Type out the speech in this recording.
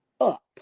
up